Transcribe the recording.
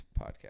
Podcast